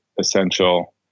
essential